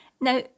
Now